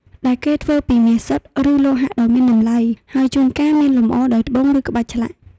ដែលគេធ្វើពីមាសសុទ្ធ ឬលោហៈដ៏មានតម្លៃ ហើយជួនកាលមានលម្អដោយត្បូង ឬក្បាច់ឆ្លាក់។